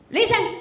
Listen